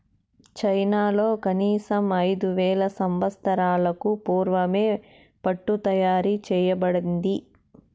చైనాలో కనీసం ఐదు వేల సంవత్సరాలకు పూర్వమే పట్టు తయారు చేయబడింది